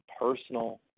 personal